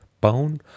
bone